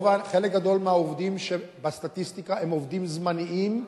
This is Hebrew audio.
חלק גדול מהעובדים שבסטטיסטיקה הם עובדים זמניים,